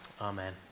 Amen